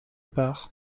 par